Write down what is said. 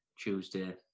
Tuesday